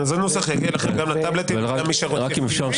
הנוסח יגיע אליכם גם לטבלטים וגם מי שרוצה --- איזה